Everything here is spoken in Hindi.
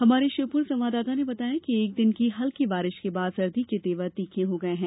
हमारे श्योपुर संवाददाता ने बताया है कि एक दिन की हल्की बारिश के बाद सर्दी के तेवर तीखे हो गये हैं